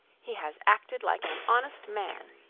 he has acted like an honest man!